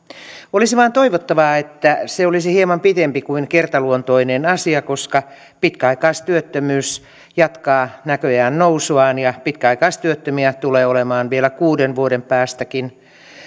olisi vain toivottavaa että se olisi hieman pitempi kuin kertaluontoinen asia koska pitkäaikaistyöttömyys jatkaa näköjään nousuaan ja pitkäaikaistyöttömiä tulee olemaan vielä kuuden vuoden päästäkin